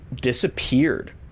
disappeared